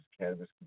cannabis